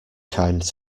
kind